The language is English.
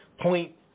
point